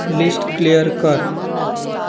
list clear कर